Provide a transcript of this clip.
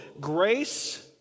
grace